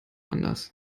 anders